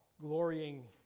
glorying